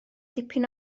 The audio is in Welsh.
dipyn